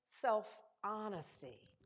self-honesty